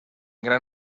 gran